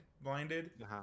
blinded